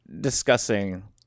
discussing